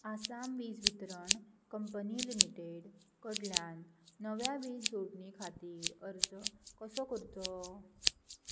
आसाम वीज वितरण company limited कडल्यान नव्या वीज जोडणी खातीर अर्ज कसो करचो